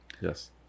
yes